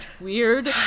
Weird